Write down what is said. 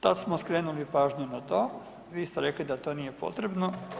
Tad smo skrenuli pažnju na to, vi ste rekli da to nije potrebno.